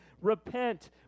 repent